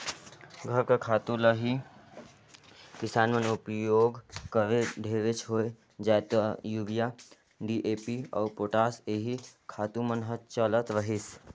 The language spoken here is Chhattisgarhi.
घर कर खातू ल ही किसान मन उपियोग करें ढेरेच होए जाए ता यूरिया, डी.ए.पी अउ पोटास एही खातू मन हर चलत रहिस